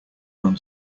run